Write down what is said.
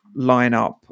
lineup